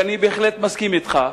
ואני בהחלט מסכים לה,